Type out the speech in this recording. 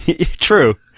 True